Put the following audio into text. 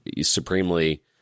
supremely